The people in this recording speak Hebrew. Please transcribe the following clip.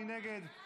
מי נגד?